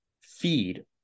feed